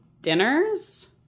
dinners